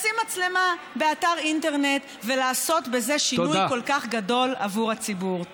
לשים מצלמה באתר אינטרנט ולעשות בזה שינוי כל כך גדול עבור הציבור.